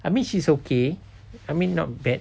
I mean she's okay I mean not bad